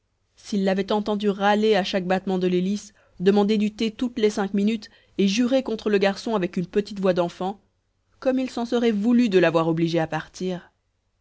s'ils l'avaient entendu râler à chaque battement de l'hélice demander du thé toutes les cinq minutes et jurer contre le garçon avec une petite voix d'enfant comme ils s'en seraient voulu de l'avoir obligé à partir